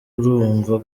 urumva